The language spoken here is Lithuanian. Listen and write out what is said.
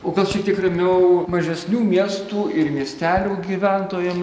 o gal šiek tiek ramiau mažesnių miestų ir miestelių gyventojams